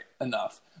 enough